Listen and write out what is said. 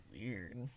weird